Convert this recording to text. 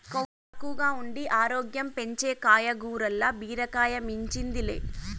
కొవ్వు తక్కువగా ఉండి ఆరోగ్యం పెంచే కాయగూరల్ల బీరకాయ మించింది లే